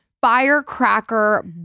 firecracker